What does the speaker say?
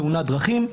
תאונת דרכים.